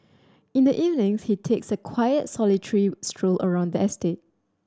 in the evenings he takes a quiet solitary stroll around the estate